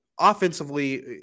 offensively